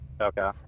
Okay